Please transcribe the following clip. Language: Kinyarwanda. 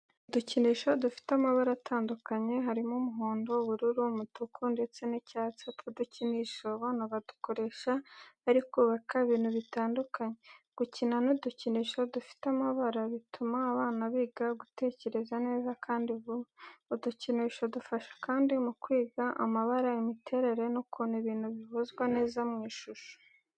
Udukinisho dufite amabara atandukanye, harimo: umuhondo, ubururu, umutuku ndetse n'icyatsi. Utwo dukinisho abana badukoresha bari kubaka ibintu bitandukanye. Gukina n'udukinisho dufite amabara bituma abana biga gutekereza neza kandi vuba. Udukinisho dufasha kandi mu kwiga amabara, imiterere, n'ukuntu ibintu bihuzwa neza mu ishusho.